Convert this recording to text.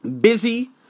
busy